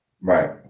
Right